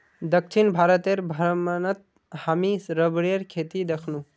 दक्षिण भारतेर भ्रमणत हामी रबरेर खेती दखनु